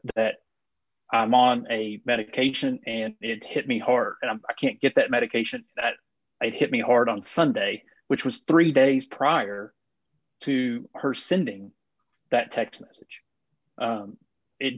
that i'm on a medication and it hit me hard and i can't get that medication that i had hit me hard on sunday which was three days prior to her sending that text message